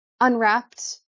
unwrapped